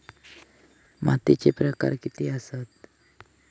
मातीचे प्रकार किती आसत?